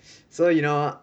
so you know